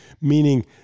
meaning